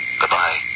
Goodbye